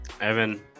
Evan